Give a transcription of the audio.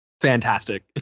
fantastic